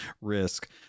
risk